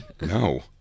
No